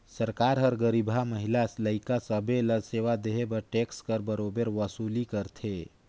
सरकार हर गरीबहा, महिला, लइका सब्बे ल सेवा देहे बर टेक्स कर बरोबेर वसूली करथे